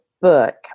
book